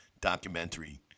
documentary